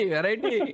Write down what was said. Variety